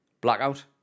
Blackout